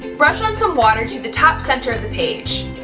brush on some water to the top center of the page.